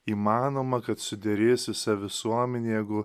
įmanoma kad suderės visa visuomenė jeigu